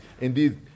Indeed